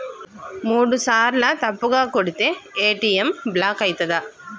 మూడుసార్ల తప్పుగా కొడితే ఏ.టి.ఎమ్ బ్లాక్ ఐతదా?